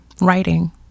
writing